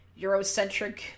eurocentric